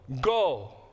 go